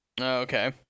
Okay